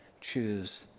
choose